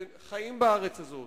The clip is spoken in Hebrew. וחיים בארץ הזאת,